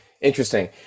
Interesting